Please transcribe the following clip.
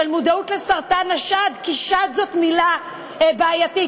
מודעות לסרטן השד כי שד זאת מילה בעייתית,